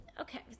okay